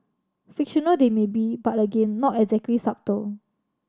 fictional they may be but again not exactly subtle